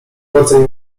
rodzaj